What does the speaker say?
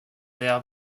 der